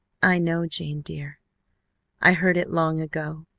i know, jane, dear i heard it long ago.